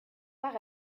par